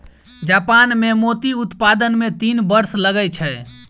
Japan मे मोती उत्पादन मे तीन वर्ष लगै छै